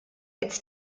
its